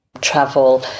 travel